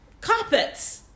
carpets